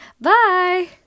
bye